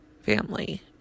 family